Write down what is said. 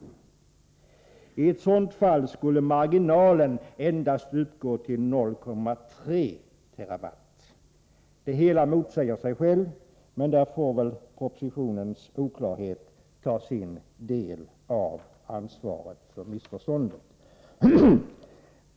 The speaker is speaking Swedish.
I ett sådant fall skulle marginalen endast uppgå till 0,3 TWh/år. Det hela motsäger sig självt, men där får propositionens oklarhet ta sin del av ansvaret för missförståndet.